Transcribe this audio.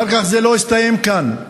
זה לא הסתיים כאן.